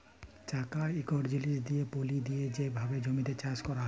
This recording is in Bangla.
চাকা ইকট জিলিস দিঁয়ে পলি দিঁয়ে যে ভাবে জমিতে চাষ ক্যরা হয়